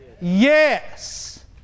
Yes